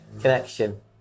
connection